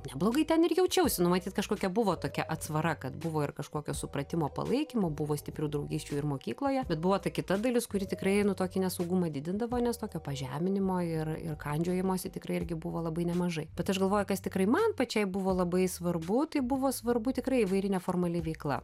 neblogai ten ir jaučiausi nu matyt kažkokia buvo tokia atsvara kad buvo ir kažkokio supratimo palaikymo buvo stiprių draugysčių ir mokykloje bet buvo ta kita dalis kuri tikrai nu tokį nesaugumą didindavo nes tokio pažeminimo ir ir kandžiojimosi tikrai irgi buvo labai nemažai bet aš galvoju kas tikrai man pačiai buvo labai svarbu tai buvo svarbu tikrai įvairi neformali veikla